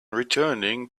returning